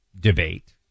debate